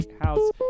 house